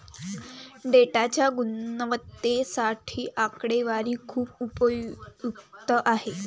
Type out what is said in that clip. डेटाच्या गुणवत्तेसाठी आकडेवारी खूप उपयुक्त आहे